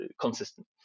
consistent